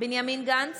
בנימין גנץ,